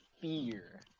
fear